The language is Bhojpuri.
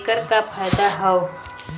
ऐकर का फायदा हव?